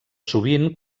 sovint